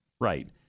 Right